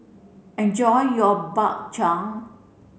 enjoy your Bak Chang